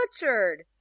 butchered